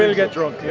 and get drunk